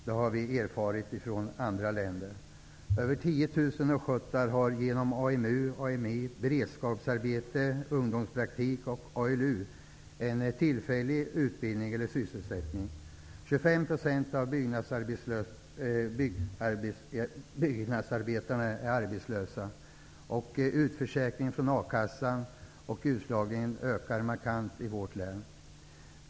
Det har vi erfarenheter av från andra länder. av byggnadsarbetarna är arbetslösa, och utförsäkringen från a-kassan och utslagningen ökar markant i vårt län.